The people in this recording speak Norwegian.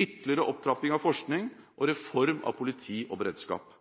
ytterligere opptrapping av forskning og reform av politi og beredskap.